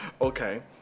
Okay